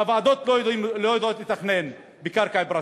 והוועדות לא יודעות לתכנן בקרקע פרטית.